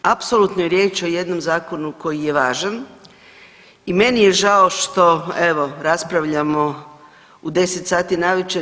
Apsolutno je riječ o jednom zakonu koji je važan i meni je žao što evo raspravljamo u 10 sati navečer.